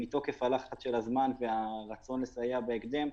מתוקף הלחץ של הזמן והרצון לסייע בהקדם,